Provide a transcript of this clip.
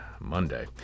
Monday